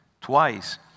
twice